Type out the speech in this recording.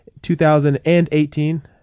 2018